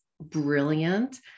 brilliant